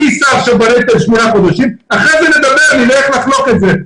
אני אשא עכשיו בנטל שמונה חודשים ואחרי כן נדבר ונראה איך לחלוק את זה.